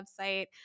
website